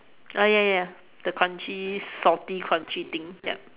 ah ya ya the crunchy salty crunchy thing yup